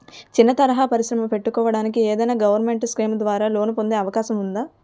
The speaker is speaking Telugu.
చిన్న తరహా పరిశ్రమ పెట్టుకోటానికి ఏదైనా గవర్నమెంట్ స్కీం ద్వారా లోన్ పొందే అవకాశం ఉందా?